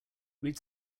read